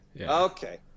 Okay